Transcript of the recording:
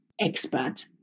expert